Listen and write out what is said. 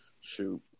Shoot